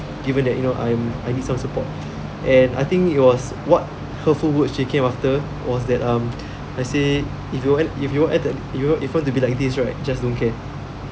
given that you know I'm I need some support and I think it was what hurtful words actually came after was that um I say if you want if you were at the you know if you want to be like this right just don't care